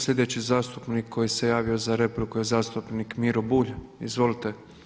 Sljedeći zastupnik koji se javio za repliku je zastupnik Miro Bulj, izvolite.